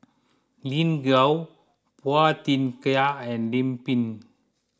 Lin Gao Phua Thin Kiay and Lim Pin